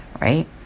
right